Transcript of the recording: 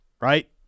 right